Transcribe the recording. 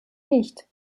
nicht